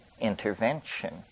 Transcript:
intervention